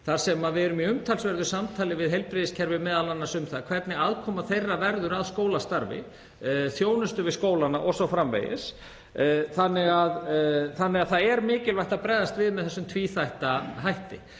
þar sem við erum í umtalsverðu samtali við heilbrigðiskerfið, m.a. um það hvernig aðkoma þess verður að skólastarfi, þjónustu við skólana o.s.frv. Það er mikilvægt að bregðast við með þessum tvíþætta hætti.